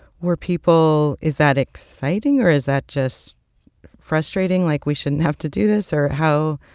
were people is that exciting, or is that just frustrating, like, we shouldn't have to do this, or how.